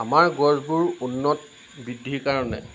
আমাৰ গছবোৰ উন্নত বৃদ্ধিৰ কাৰণে